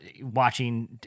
watching